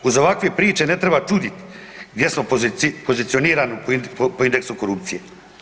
Uz ovakve priče ne treba čudit gdje smo pozicionirani po indeksu korupcije.